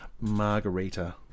Margarita